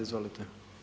Izvolite.